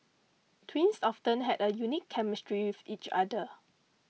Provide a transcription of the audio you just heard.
twins often have a unique chemistry with each other